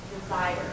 desire